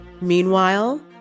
Meanwhile